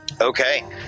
Okay